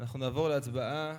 אנחנו נעבור להצבעה.